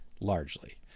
largely